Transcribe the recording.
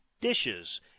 dishes